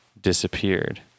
disappeared